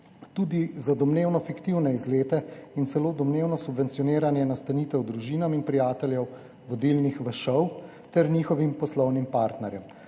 tudi za domnevno fiktivne izlete in celo domnevno subvencioniranje nastanitev družinam in prijateljem vodilnih v ŠOU ter njihovim poslovnim partnerjem.